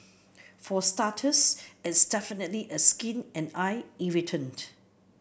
for starters it's definitely a skin and eye irritant